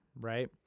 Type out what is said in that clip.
right